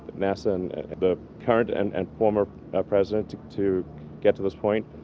nasa and and the current and and former president to get to this point.